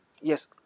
yes